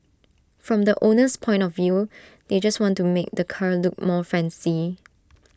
from the owner's point of view they just want to make the car look more fancy